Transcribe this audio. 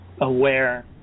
aware